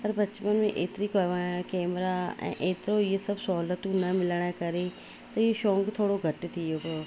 पर बचपन में एतिरी कवायत कैमरा ऐं एतिरो ईअं सभु सहूलियतूं न मिलण करे त ईअं शौक़ु थोरो घटि थी वियो